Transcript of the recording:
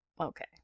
okay